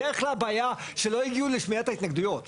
בדרך כלל הבעיה היא שלא הגיעו לשמיעת ההתנגדויות.